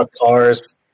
cars